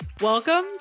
Welcome